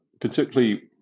Particularly